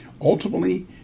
Ultimately